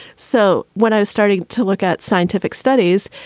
so when i was starting to look at scientific studies,